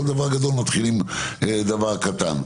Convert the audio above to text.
כל דבר גדול מתחילים עם דבר קטן.